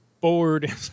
bored